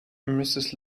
mrs